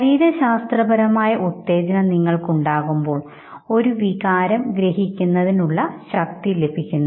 ശരീരശാസ്ത്രപരമായ ഉത്തേജനം നിങ്ങൾക്ക് ഉണ്ടാകുമ്പോൾ ഒരു വികാരം ഗ്രഹിക്കുന്നതിന് ഉള്ള ശക്തി ലഭിക്കുന്നു